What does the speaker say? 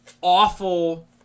awful